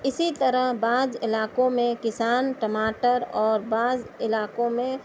اِسی طرح بعض علاقوں میں کسان ٹماٹر اور بعض علاقوں میں